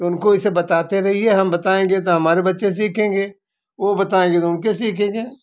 उनको ऐसे बताते रहिए हम बताएँगे तो हमारे बच्चे सीखेंगे वो बताएँगे तो उनके सीखेंगे